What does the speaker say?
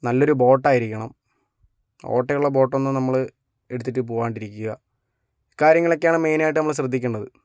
നല്ലൊരു ബോട്ടായിരിക്കണം ഓട്ടയുള്ള ബോട്ട് ഒന്നും നമ്മൾ എടുത്തിട്ട് പോകാണ്ടിരിക്കുക ഇക്കാര്യങ്ങളൊക്കെയാണ് മെയിൻ ആയിട്ട് നമ്മൾ ശ്രദ്ധിക്കേണ്ടത്